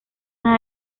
una